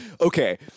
okay